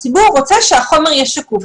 הציבור רוצה שהחומר יהיה שקוף.